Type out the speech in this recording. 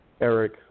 Eric